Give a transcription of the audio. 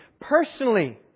personally